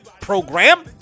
program